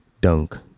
dunk